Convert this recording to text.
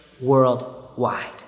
worldwide